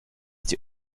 die